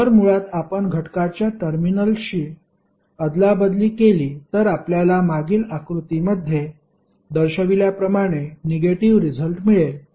जर मुळात आपण घटकाच्या टर्मिनलशी अदलाबदली केली तर आपल्याला मागील आकृतीमध्ये दर्शविल्याप्रमाणे निगेटिव्ह रिझल्ट मिळेल